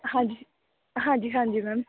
ਹਾਂਜੀ ਹਾਂਜੀ ਹਾਂਜੀ ਮੈਮ